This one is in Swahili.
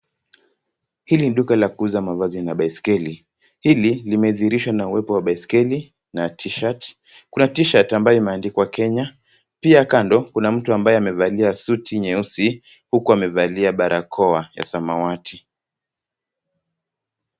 Hili ni duka la kuuza wa mavazi na baisikeli. Hili limedhihirishwa na uwepo wa baisikeli na [csT-shirt . Kuna T-shirt ambayo imeandikwa Kenya. Pia kando kuna mtu ambaye amevalia suti huku amevalia barakoa ya samawati.